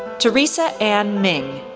theresa anne ming,